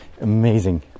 Amazing